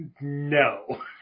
no